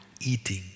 eating